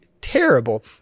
Terrible